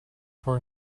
for